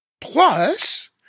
Plus